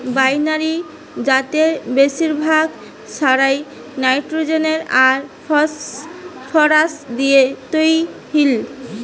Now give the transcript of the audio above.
binary জাতের বেশিরভাগ সারই নাইট্রোজেন আর ফসফরাস দিয়ে তইরি